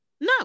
No